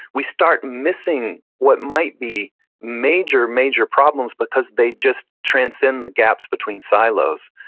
we start missing what might be major, major problems because they just transcend the gaps between silos.